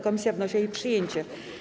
Komisja wnosi o jej przyjęcie.